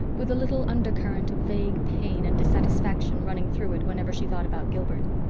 with a little under current of vague pain and dissatisfaction running through it whenever she thought about gilbert.